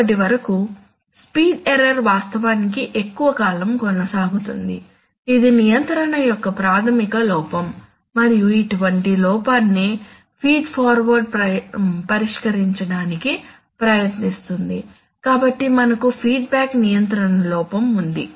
ఇప్పటివరకు speed error వాస్తవానికి ఎక్కువ కాలం కొనసాగుతుంది ఇది నియంత్రణ యొక్క ప్రాథమిక లోపం మరియు ఇటువంటి లోపాన్నే ఫీడ్ ఫార్వర్డ్ పరిష్కరించడానికి ప్రయత్నిస్తుంది కాబట్టి మనకు ఫీడ్బ్యాక్ నియంత్రణ లోపం ఉంది